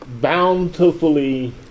Bountifully